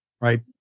Right